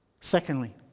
Secondly